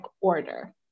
order